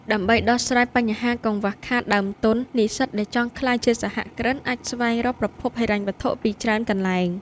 ដើម្បីដោះស្រាយបញ្ហាកង្វះខាតដើមទុន និស្សិតដែលចង់ក្លាយជាសហគ្រិនអាចស្វែងរកប្រភពហិរញ្ញវត្ថុពីច្រើនកន្លែង។